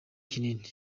kinini